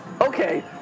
Okay